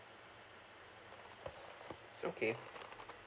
okay